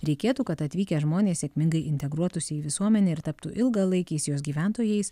reikėtų kad atvykę žmonės sėkmingai integruotųsi į visuomenę ir taptų ilgalaikiais jos gyventojais